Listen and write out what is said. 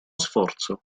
sforzo